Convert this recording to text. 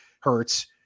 hurts